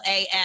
af